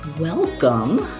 Welcome